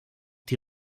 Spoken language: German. die